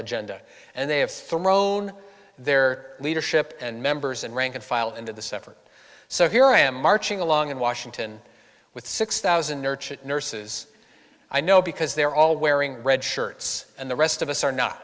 agenda and they have thrown their leadership and members and rank and file into this effort so here i am marching along in washington with six thousand nurturant nurses i know because they're all wearing red shirts and the rest of us are not